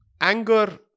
anger